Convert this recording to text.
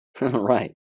Right